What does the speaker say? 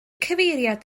cyfeiriad